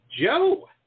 Joe